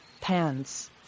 pants